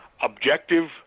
objective